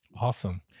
Awesome